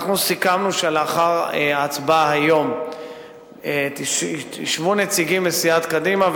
אנחנו סיכמנו שלאחר ההצבעה היום ישבו נציגים מסיעת קדימה,